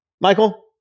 Michael